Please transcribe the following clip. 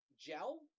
Gel